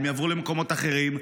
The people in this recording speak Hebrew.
הם יעברו למקומות אחרים,